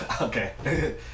Okay